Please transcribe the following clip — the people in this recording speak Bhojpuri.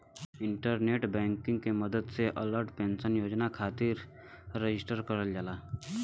इंटरनेट बैंकिंग के मदद से अटल पेंशन योजना खातिर रजिस्टर करल जाला